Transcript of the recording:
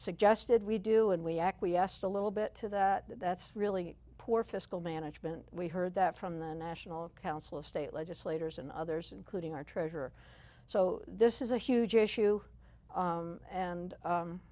suggested we do and we acquiesced a little bit to that that's really poor fiscal management we've heard that from the national council of state legislators and others including our treasurer so this is a huge issue and